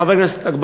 חבר הכנסת אגבאריה,